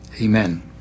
Amen